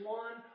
one